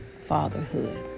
fatherhood